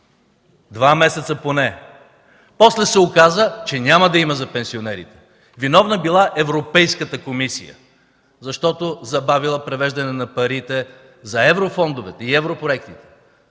Два месеца поне. После се оказа, че няма да има за пенсионерите. Виновна била Европейската комисия, защото забавила превеждането на парите за еврофондовете и европроектите.